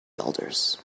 elders